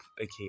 okay